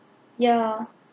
ya